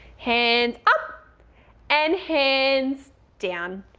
hands up and hands down.